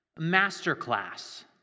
Masterclass